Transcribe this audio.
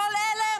כל אלה,